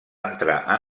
entrar